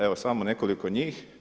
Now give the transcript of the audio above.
Evo samo nekoliko njih.